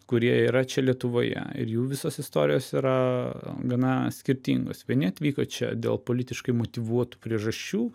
kurie yra čia lietuvoje ir jų visos istorijos yra gana skirtingos vieni atvyko čia dėl politiškai motyvuotų priežasčių